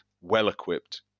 well-equipped